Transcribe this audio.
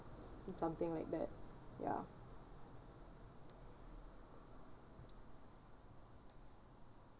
and something like that ya